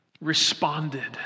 responded